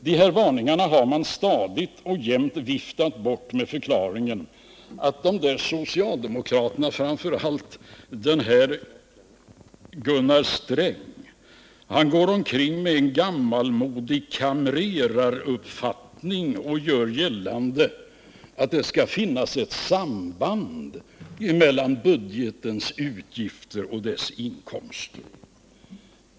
Dessa varningar har man jämt viftat bort med följande förklaring: De där socialdemokraterna, och framför allt Gunnar Sträng, går omkring med en gammalmodig kamreraruppfattning och gör gällande att det skall finnas ett samband mellan budgetens utgifter och dess inkomster.